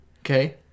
Okay